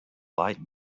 light